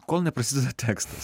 kol neprasideda tekstas